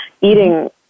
eating